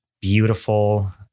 beautiful